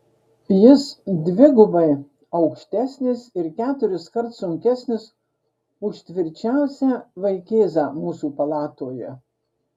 jis dvigubai aukštesnis ir keturiskart sunkesnis už tvirčiausią vaikėzą mūsų palatoje